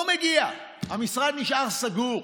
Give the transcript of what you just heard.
לא מגיע, המשרד נשאר סגור.